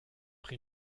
pris